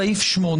סעיף 9